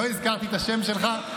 לא הזכרתי את השם שלך,